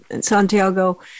Santiago